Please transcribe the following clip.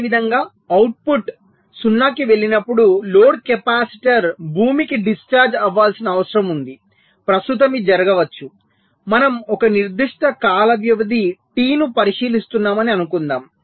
అదేవిధంగా అవుట్పుట్ 0 కి వెళ్ళినప్పుడు లోడ్ కెపాసిటర్ భూమికి డిశ్చార్జ్ అవ్వాల్సిన అవసరం ఉంది ప్రస్తుతం ఇది జరగవచ్చు మనం ఒక నిర్దిష్ట కాల వ్యవధి T ను పరిశీలిస్తున్నామని అనుకుందాం